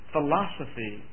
Philosophy